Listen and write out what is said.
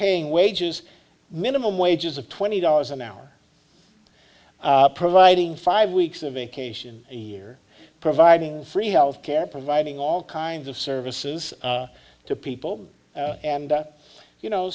paying wages minimum wages of twenty dollars an hour providing five weeks of vacation a year providing free health care providing all kinds of services to people and you know